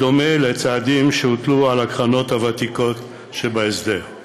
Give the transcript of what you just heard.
בדומה לצעדים שהוטלו על הקרנות הוותיקות שבהסדר;